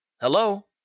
Hello